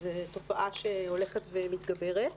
זו תופעה שהולכת ומתגברת.